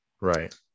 right